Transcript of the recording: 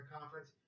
Conference